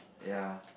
ya